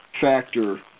factor